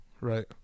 Right